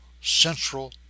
central